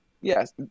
Yes